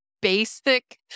basic